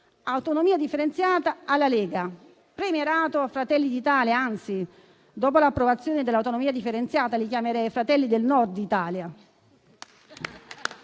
Autonomia differenziata alla Lega, premierato a Fratelli d'Italia, che anzi, dopo l'approvazione dell'autonomia differenziata, chiamerei fratelli del Nord Italia.